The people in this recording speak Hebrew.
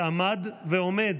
שעמד ועומד